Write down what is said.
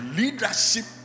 leadership